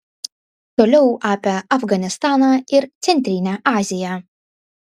toliau apie afganistaną ir centrinę aziją